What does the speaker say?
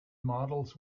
models